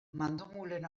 mandomulen